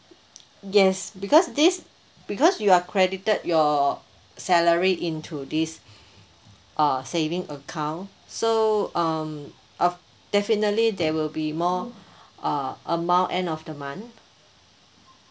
yes because this because you are credited your salary into this uh saving account so um of definitely there will be more uh amount end of the month